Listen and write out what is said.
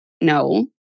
no